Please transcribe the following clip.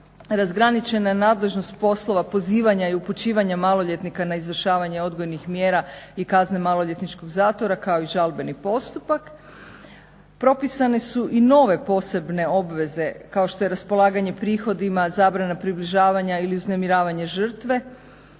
Razgraničena je nadležnost poslova pozivanja i upućivanja maloljetnika na izvršavanje odgojnih mjera i kazne maloljetničkog zatvora kao i žalbeni postupak. Propisane su i nove posebne obveze kao što je raspolaganje prihodima, zabrana približavanja ili uznemiravanje žrtve